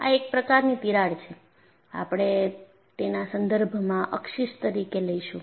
આ એક પ્રકારની તિરાડ છે આપણે તેના સંદર્ભના અક્ષીસ તરીકે લઈશું